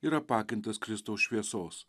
ir apakintas kristaus šviesos